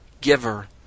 giver